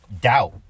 doubt